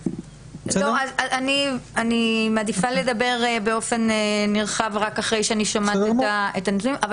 אני מעדיפה לדבר באופן נרחב רק אחרי שאני אשמע את הנתונים אבל